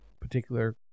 particular